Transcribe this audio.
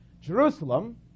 Jerusalem